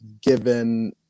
given